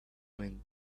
wind